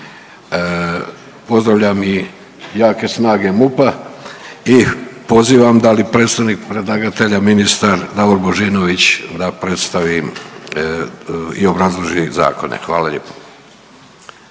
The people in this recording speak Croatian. Pozdravljam i jake snage MUP-a, ih pozivam da li predstavnik predlagatelja ministar Davor Božinović da predstavim i obrazloži zakone, hvala lijepo.